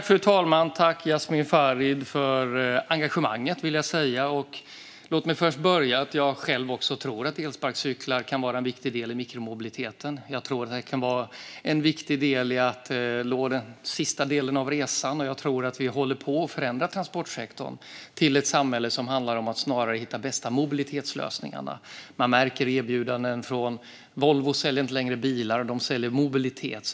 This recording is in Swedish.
Fru talman! Tack, Jasmin Farid, för engagemanget! Låt mig börja med att jag också tror att elsparkcyklar kan vara en viktig del i mikromobiliteten. Jag tror att de kan vara viktiga för den sista delen av resan, och jag tror att vi håller på att förändra transportsektorn till att vara del av ett samhälle som handlar om att snarare hitta de bästa mobilitetslösningarna. Man märker det på erbjudanden från olika företag. Volvo säljer inte längre bilar - de säljer mobilitet.